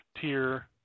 tier